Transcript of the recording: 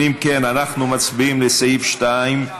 סעיף 2,